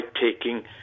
taking